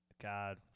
God